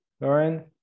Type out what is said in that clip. Lauren